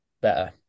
better